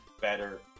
better